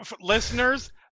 listeners